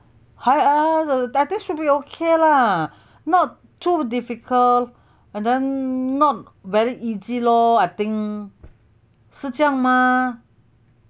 hi~ err~ should be okay lah not too difficult and then not very easy lor I think 是这样